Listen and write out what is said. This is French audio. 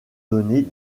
données